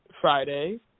Friday